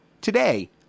Today